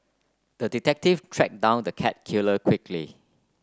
the detective track down the cat killer quickly